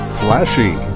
flashy